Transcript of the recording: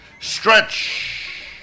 stretch